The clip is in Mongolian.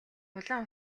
улаан